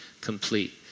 complete